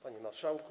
Panie Marszałku!